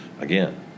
again